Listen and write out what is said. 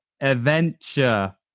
adventure